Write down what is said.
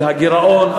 של הגירעון,